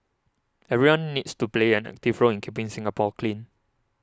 everyone needs to play an active role in keeping Singapore clean